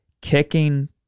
Kicking